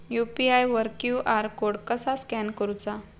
UPI वर QR code कसा scan करूचा?